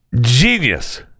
Genius